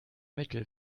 mittel